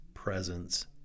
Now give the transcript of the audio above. Presence